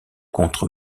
contre